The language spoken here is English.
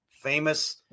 famous